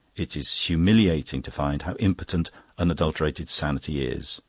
it is humiliating to find how impotent unadulterated sanity is.